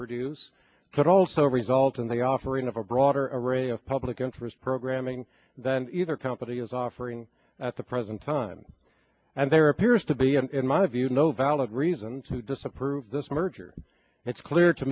produce could also result in the offering of a broader array of public interest programming than either company is offering at the present time and there appears to be and in my view no valid reason to disapprove this merger it's clear to